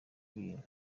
ibintu